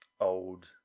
old